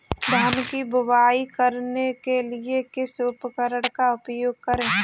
धान की बुवाई करने के लिए किस उपकरण का उपयोग करें?